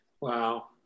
Wow